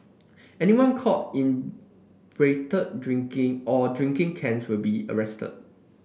anyone caught inebriated drinking or drinking cans will be arrested